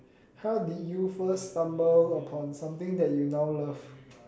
how did you first stumble upon something that you now love